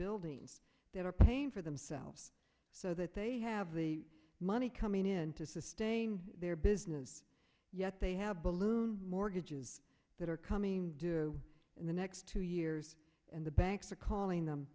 buildings that are paying for themselves so that they have the money coming in to sustain their business yet they have mortgages that are coming due in the next two years and the banks are calling them